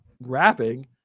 rapping